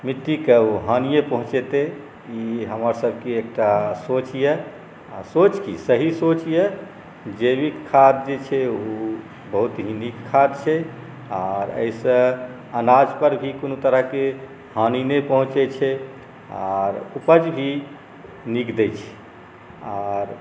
मिट्टीके ओ हानिए पहुँचेतै ई हमर सबके एकटा सोच अइ आओर सोच कि सही सोच अइ जैविक खाद जे छै ओ बहुत ही नीक खाद छै आओर एहिसँ अनाजपर भी कोनो तरहके हानि नहि पहुँचै छै आओर उपज भी नीक दै छै आओर